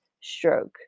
stroke